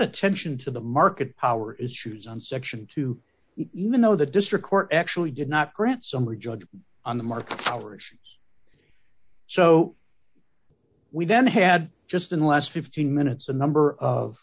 of attention to the market power issues on section to you even though the district court actually did not grant summary judge on the market hours so we then had just in the last fifteen minutes a number of